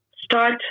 Start